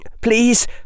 please